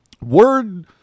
Word